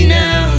now